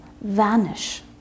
vanish